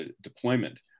deployment